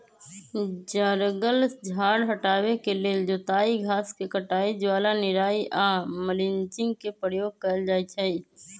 जङगल झार हटाबे के लेल जोताई, घास के कटाई, ज्वाला निराई आऽ मल्चिंग के प्रयोग कएल जाइ छइ